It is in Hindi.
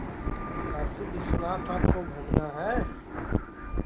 काशी विश्वनाथ आपको घूमना है